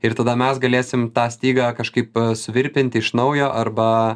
ir tada mes galėsim tą stygą kažkaip suvirpinti iš naujo arba